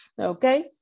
Okay